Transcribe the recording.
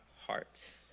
hearts